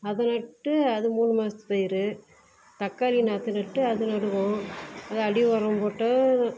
அதை நட்டு அது மூணு மாதத்து பயிர் தக்காளி நாற்று நட்டு அது நடுவோம் அது அடி உரம் போட்டு